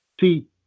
See